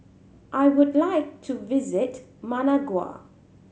I would like to visit Managua